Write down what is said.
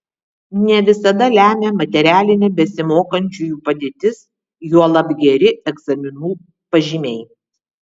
ne visada lemia materialinė besimokančiųjų padėtis juolab geri egzaminų pažymiai